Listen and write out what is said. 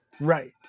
Right